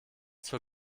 zur